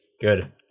Good